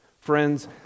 Friends